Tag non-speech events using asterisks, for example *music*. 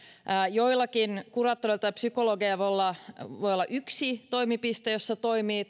joillakin kuraattoreilla tai psykologeilla voi olla yksi toimipiste jossa toimii *unintelligible*